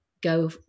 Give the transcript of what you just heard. go